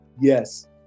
yes